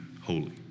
holy